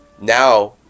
Now